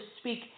speak